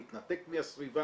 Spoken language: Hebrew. להתנתק מהסביבה,